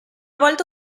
volta